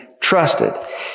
trusted